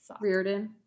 Reardon